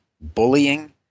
bullying